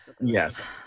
Yes